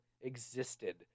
existed